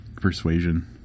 persuasion